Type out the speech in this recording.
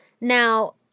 now